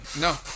No